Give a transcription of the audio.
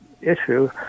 issue